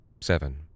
seven